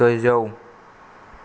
गोजौ